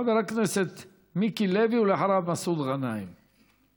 חבר הכנסת מיקי לוי, ואחריו, מסעוד